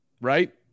right